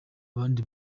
abandi